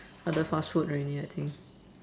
other fast food already I think